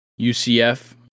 UCF